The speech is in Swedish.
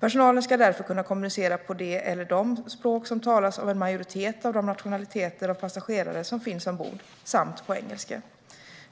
Personalen ska därför kunna kommunicera på det eller de språk som talas av en majoritet av de nationaliteter av passagerare som finns ombord samt på engelska.